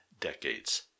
decades